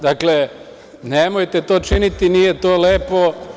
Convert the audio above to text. Dakle, nemojte to činiti, nije to lepo.